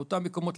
באותם מקומות,